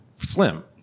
Slim